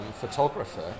photographer